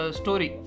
story